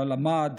שבו למד,